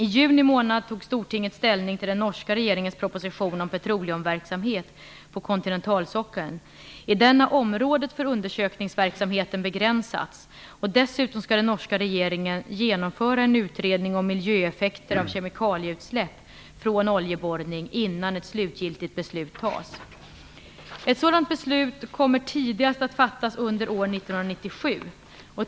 I juni månad tog Stortinget ställning till den norska regeringens proposition om petroleumverksamhet på kontinentalsockeln. I den har området för undersökningsverksamheten begränsats. Dessutom skall den norska regeringen genomföra en utredning om miljöeffekter av kemikalieutsläpp från oljeborrning innan ett slutgiltigt beslut tas. Ett sådant beslut kommer tidigast att fattas under år 1997.